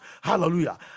hallelujah